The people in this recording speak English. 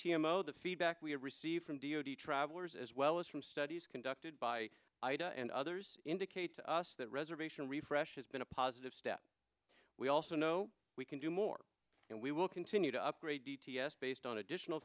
t m o the feedback we receive from d o d travelers as well as from studies conducted by aida and others indicate to us that reservation refreshed has been a positive step we also know we can do more and we will continue to upgrade d t s based on additional